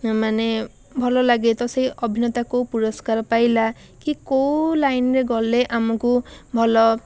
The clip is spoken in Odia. ମାନେ ଭଲଲାଗେ ତ ସେ ଅଭିନେତା କେଉଁ ପୁରଷ୍କାର ପାଇଲା କି କେଉଁ ଲାଇନ୍ରେ ଗଲେ ଆମକୁ ଭଲ